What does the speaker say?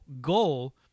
goal